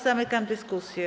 Zamykam dyskusję.